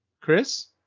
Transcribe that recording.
Chris